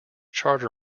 charter